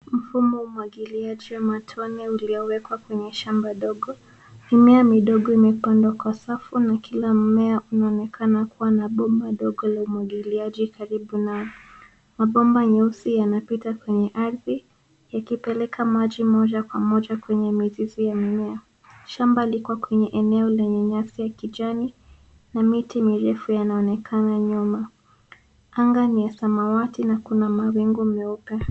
Mfumo wa umwagiliaji wa matone uliyowekwa kwenye shamba dogo. Mimea midogo imepandwa kwa safu na kila mmea unaonekana kuwa na bomba dogo la umwagiliaji karibu nao. Mabomba nyeusi yanapita kwenye ardhi yakipeleka maji moja kwa moja kwenye mizizi ya mimea. Shamba liko kwenye eneo lenye nyasi ya kijani na miti mirefu yanaonekana nyuma. Anga ni ya samawati na kuna mawingu meupe.